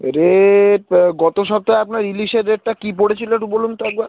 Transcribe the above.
rate গত সপ্তাহে আপনার ইলিশের রেটটা কী পড়েছিল একটু বলুন তো একবার